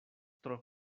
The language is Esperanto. tro